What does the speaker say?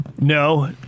No